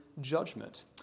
judgment